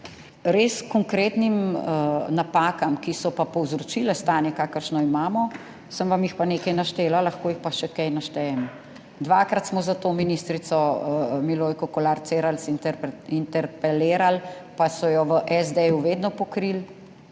res h konkretnim napakam, ki so pa povzročile stanje, kakršno imamo, sem vam jih pa nekaj naštela, lahko jih pa še kaj naštejem. Dvakrat smo zato ministrico Milojko Kolar Celarc interpretirali pa so jo v SD vedno pokrili.